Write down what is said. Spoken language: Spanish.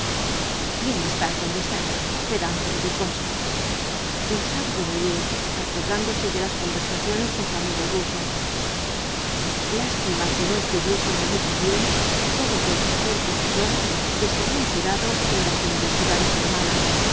bien estás donde estás pedante belicoso pensaba desnoyers acordándose de las conversaciones con su amigo el ruso lástima que no estuviesen allí también todos los herr professor que se habían quedado en las universidades alemanas